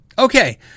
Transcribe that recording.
Okay